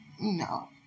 No